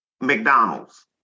McDonald's